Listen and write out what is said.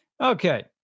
Okay